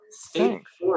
Thanks